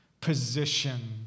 position